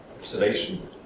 observation